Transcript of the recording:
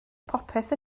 popeth